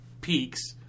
peaks